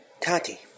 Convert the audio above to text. Tati